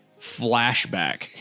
flashback